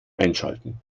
einschalten